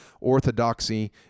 orthodoxy